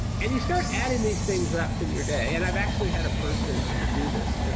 and you start adding these things up in your day. and i've actually had a person do this ah